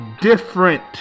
different